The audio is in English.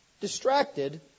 distracted